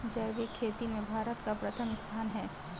जैविक खेती में भारत का प्रथम स्थान है